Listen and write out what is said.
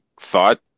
thought